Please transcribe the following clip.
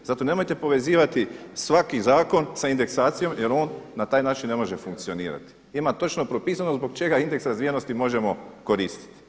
Zato nemojte povezivati svaki zakon sa indeksacijom jer on na taj način ne može funkcionirati, ima točno propisano zbog čega indeks razvijenosti možemo koristiti.